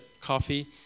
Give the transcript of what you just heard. coffee